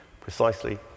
precisely